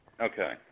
Okay